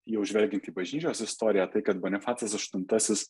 jau žvelgiant į bažnyčios istoriją tai kad bonifacas aštuntasis